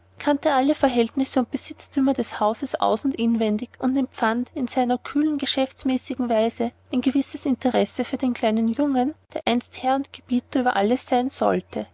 kannte alle verhältnisse und besitztümer des hauses aus und inwendig und empfand in seiner kühlen geschäftsmäßigen weise ein gewisses interesse für den kleinen jungen der einst herr und gebieter über alles sein sollte